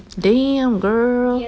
damn girl